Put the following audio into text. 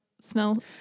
smell